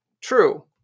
true